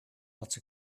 not